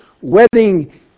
wedding